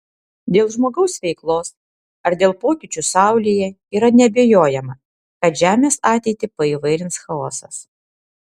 dėl žmogaus veiklos ar dėl pokyčių saulėje yra neabejojama kad žemės ateitį paįvairins chaosas